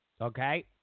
okay